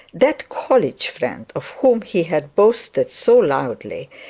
that college friend of whom he had boasted so loudly,